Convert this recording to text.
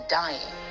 dying